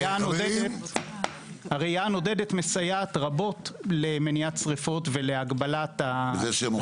נאחל שהעניין הזה ייגמר מהר ולא --- לימור